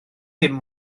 dim